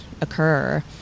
occur